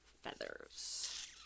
feathers